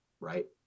right